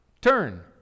turn